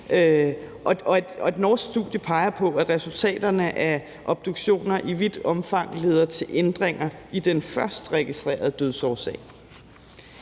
norsk studie peger på, at resultaterne af obduktioner i vidt omfang leder til ændringer i den først registrerede dødsårsag.